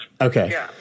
Okay